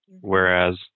whereas